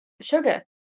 Sugar